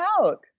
out